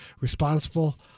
responsible